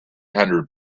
hundred